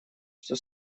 что